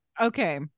Okay